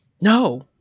No